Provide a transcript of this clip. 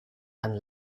and